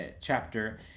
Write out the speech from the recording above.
chapter